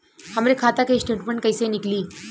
हमरे खाता के स्टेटमेंट कइसे निकली?